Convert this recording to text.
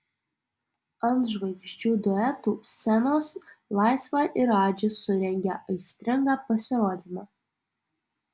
ant žvaigždžių duetų scenos laisva ir radži surengė aistringą pasirodymą